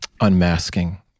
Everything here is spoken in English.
unmasking